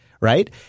Right